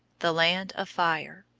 the land of fire.